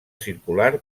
circular